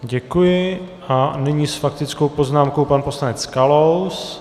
Děkuji a nyní s faktickou poznámkou pan poslanec Kalous.